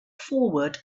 forward